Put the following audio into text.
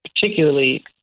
particularly